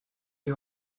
die